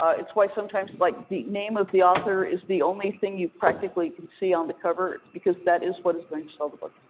ah it's why sometimes like the name of the author is the only thing you practically can see on the cover. it's because that is what's going to sell the book.